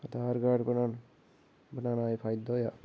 आधार card दा ते फायदा गै होआ